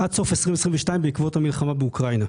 עד סוף 2022 בעקבות המלחמה באוקראינה.